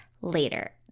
later